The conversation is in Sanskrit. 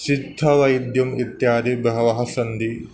सिद्धवैद्यम् इत्यादयः बहवः सन्ति